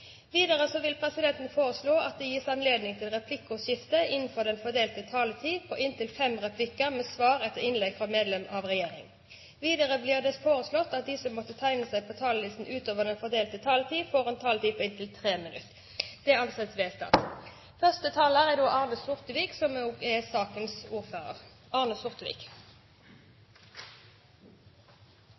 Videre vil presidenten foreslå at det gis anledning til replikkordskifte på inntil tre replikker med svar etter innlegg fra medlem av regjeringen innenfor den fordelte taletid. Videre blir det foreslått at de som måtte tegne seg på talerlisten utover den fordelte taletid, får en taletid på inntil 3 minutter. – Det anses vedtatt. Denne saken dreier seg om finansiering og utbedring av fv. 34 mellom Grime og